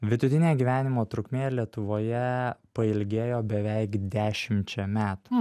vidutinė gyvenimo trukmė lietuvoje pailgėjo beveik dešimčia metų